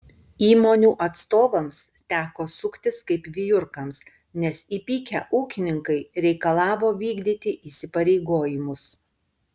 įmonių atstovams teko suktis kaip vijurkams nes įpykę ūkininkai reikalavo vykdyti įsipareigojimus